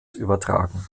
übertragen